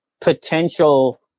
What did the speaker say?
potential